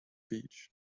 beach